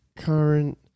Current